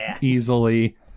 easily